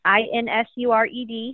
insured